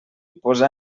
posar